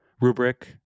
rubric